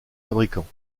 fabricants